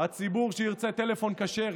הציבור שירצה טלפון כשר,